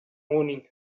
morning